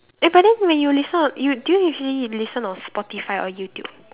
ya but then when you listen or you do you usually listen on Spotify or YouTube